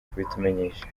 kubitumenyesha